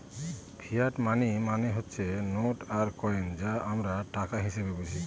fiat money মানে হচ্ছে note আর কয়েন যা আমরা টাকা হিসেবে বুঝি